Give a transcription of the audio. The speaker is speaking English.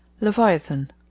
Leviathan